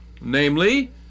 namely